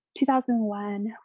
2001